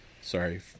Sorry